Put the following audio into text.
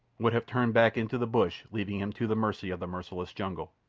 would have turned back into the bush, leaving him to the mercy of the merciless jungle.